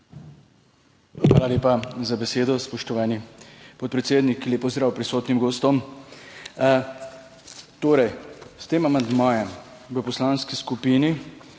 Hvala lepa za besedo spoštovani podpredsednik. Lep pozdrav prisotnim gostom. Torej s tem amandmajem v Poslanski skupini